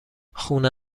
خونه